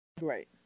Right